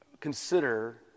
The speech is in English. consider